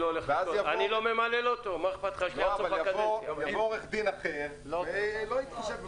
יבוא עו"ד אחר ולא התחשב.